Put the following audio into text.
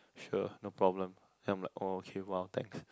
sure no problem I'm like orh okay !wow! thanks